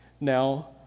Now